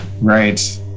Right